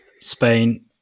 Spain